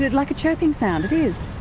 like a chirping sound? it is.